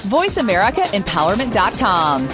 VoiceAmericaEmpowerment.com